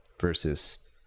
versus